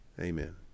Amen